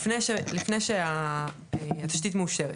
לפני שהתשתית מאושרת.